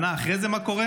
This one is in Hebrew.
שנה אחרי זה מה קורה,